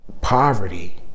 Poverty